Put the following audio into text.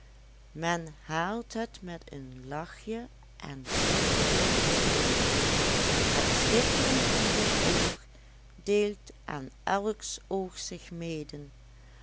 men haalt het met een lachje en zoete woordjes in het schittren van zijn oog deelt aan elks oog zich mede